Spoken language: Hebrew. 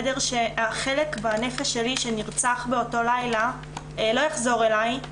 החלק בנפש שלי שנרצח באותו לילה לא יחזור אלי,